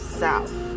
south